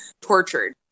tortured